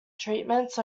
treatments